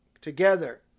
together